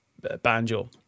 banjo